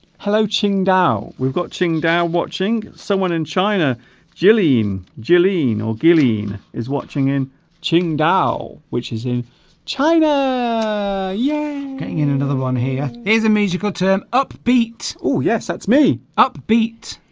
hello qingdao we've got qingdao watching someone in china gillian gillian or gillian is watching in qingdao which is in china yeah getting in another one here is a musical term upbeat oh yes that's me upbeat